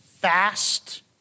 Fast